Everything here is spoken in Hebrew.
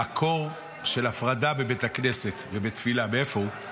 המקור של ההפרדה בבית הכנסת ובתפילה, מאיפה הוא?